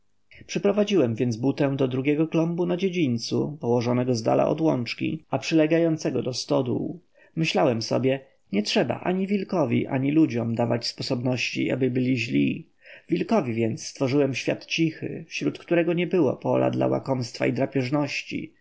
przeprowadziłem więc butę do drugiego klombu na dziedzińcu położonego zdala od łączki a przylegającego do stodół myślałem sobie nie trzeba ani wilkowi ani ludziom dawać sposobności aby byli źli wilkowi więc stworzyłem świat cichy wśród którego nie było pola dla łakomstwa i drapieżności